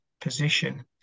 position